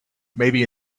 maybe